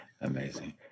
Amazing